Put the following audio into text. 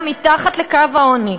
חיה מתחת לקו העוני.